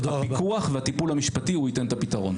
הפיקוח והטיפול המשפטי ייתן את הפתרון.